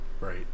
Right